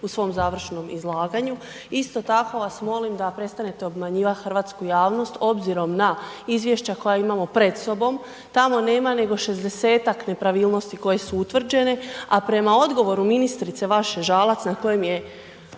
u svom završnom izlaganju. Isto tako vas molim da prestanete obmanjivati hrvatsku javnost obzirom na izvješća koja imamo pred sobom, tamo nema nego 60-tak nepravilnosti koje su utvrđeni, a prema odgovoru ministrice, vaše Žalac, na kojem je